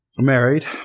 married